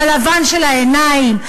בלבן של העיניים,